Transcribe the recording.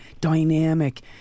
dynamic